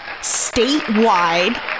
statewide